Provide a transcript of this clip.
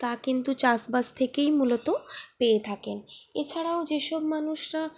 তা কিন্তু চাষবাস থেকেই মূলত পেয়ে থাকেন এছাড়াও যে সব মানুষরা